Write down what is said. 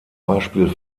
beispiel